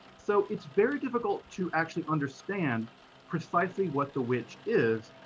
so it's very difficult to actually understand precisely what the witch is,